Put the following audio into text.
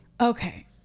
Okay